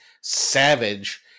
savage